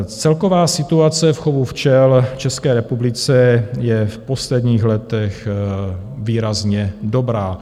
Celková situace v chovu včel v České republice je v posledních letech výrazně dobrá.